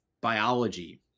biology